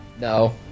No